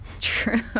True